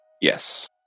Yes